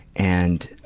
and, ah.